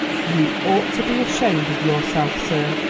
you ought to be ashamed of yourself, sir,